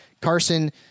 Carson